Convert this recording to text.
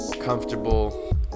comfortable